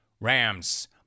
Rams